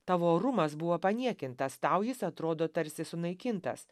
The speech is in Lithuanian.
tavo orumas buvo paniekintas tau jis atrodo tarsi sunaikintas